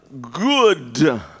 good